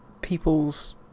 people's